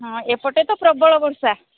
ହଁ ଏପଟେ ତ ପ୍ରବଳ ବର୍ଷା